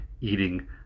eating